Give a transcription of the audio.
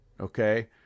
okay